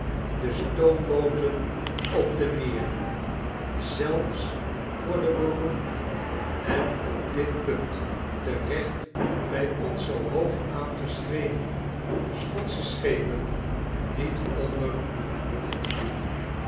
de stoombooten op de meren zelfs voor de beroemde en op dit punt terecht bij ons zoo hoog aangeschreven schotsche schepen niet onder behoeven te doen